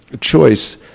choice